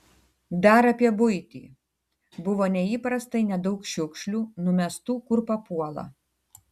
dar apie buitį buvo neįprastai nedaug šiukšlių numestų kur papuola